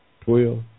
Twelve